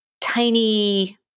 tiny